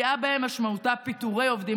פגיעה בהם משמעותה פיטורים של עובדים